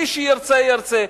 מי שירצה ירצה,